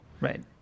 Right